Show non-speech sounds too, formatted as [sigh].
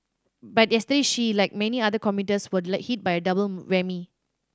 but yesterday she like many other commuters were [unintelligible] hit by a double whammy